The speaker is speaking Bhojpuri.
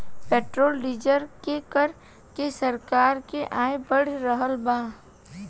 पेट्रोल डीजल के कर से सरकार के आय बढ़ रहल बा